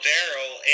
Daryl